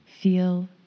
feel